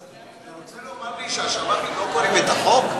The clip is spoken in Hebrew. אתה רוצה לומר לי שהשב"חים לא קוראים את החוק?